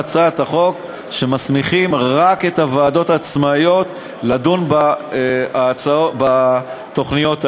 בהצעת החוק שלפיה מסמיכים רק את הוועדות העצמאיות לדון בתוכניות האלה.